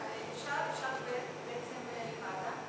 רגע, רגע, רגע, אפשר בעצם לוועדה?